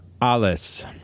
Alice